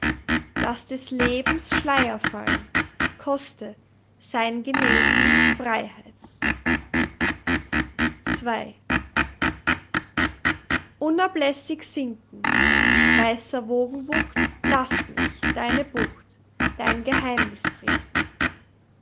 laß des lebens schleier fallen koste seingenesen freiheit ii unablässig sinken weißer wogenwucht laß mich deine bucht dein geheimnis trinken